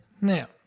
Now